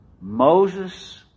Moses